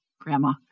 Grandma